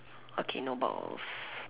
okay no balls